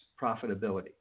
profitability